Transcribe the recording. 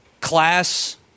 class